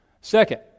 Second